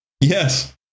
Yes